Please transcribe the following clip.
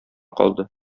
калды